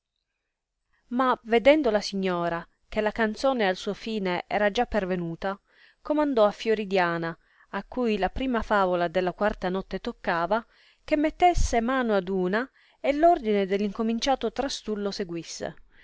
ma vedendo la signora che ella al suo fine era già pervenuta comandò a fiordiana a cui la prima favola della quarta notte toccava che metesse mano ad una e ordine dell incominciato trastullo seguisse